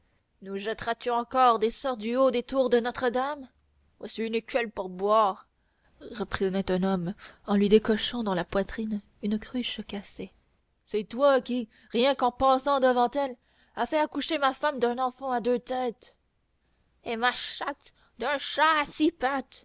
nous jetteras tu encore des sorts du haut des tours de notre-dame voici une écuelle pour boire reprenait un homme en lui décochant dans la poitrine une cruche cassée c'est toi qui rien qu'en passant devant elle as fait accoucher ma femme d'un enfant à deux têtes et ma chatte d'un chat